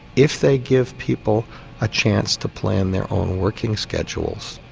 if they give people a chance to plan their own working schedules,